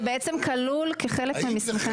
זה בעצם כלול כחלק ממסמכי התכנון.